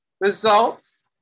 results